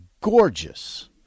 gorgeous